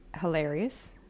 Hilarious